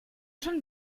schon